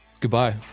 Goodbye